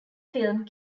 film